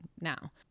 now